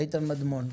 איתן מדמון.